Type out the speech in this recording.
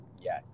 yes